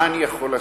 מה אני יכול לעשות?